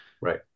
Right